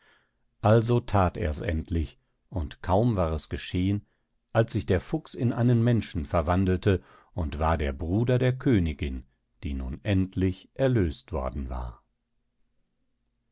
also that ers endlich und kaum war es geschehen als sich der fuchs in einen menschen verwandelte und war der bruder der königin der nun endlich erlöst worden war